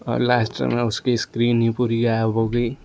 और लास्ट में उसकी स्क्रीन ही पूरी गायब हो गई